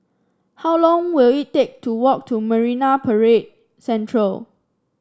how long will it take to walk to Marine Parade Central